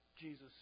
Jesus